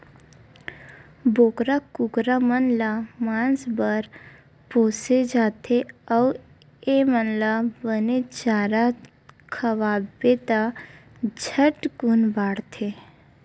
बोकरा, कुकरा मन ल मांस बर पोसे जाथे अउ एमन ल बने चारा खवाबे त झटकुन बाड़थे